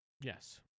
Yes